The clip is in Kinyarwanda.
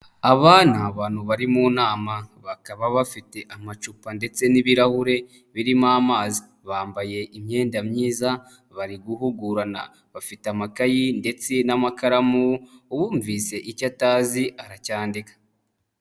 Aba ni abantu bari mu nama. Bakaba bafite amacupa ndetse n'ibirahure birimo amazi. Bambaye imyenda myiza, bari guhugurana. Bafite amakayi ndetse n'amakaramu, uwumvise icyo atazi aracyandika.